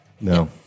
No